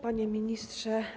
Panie Ministrze!